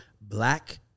black